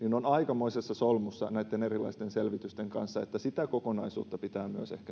aikamoisessa solmussa näitten erilaisten selvitysten kanssa sitä kokonaisuutta pitää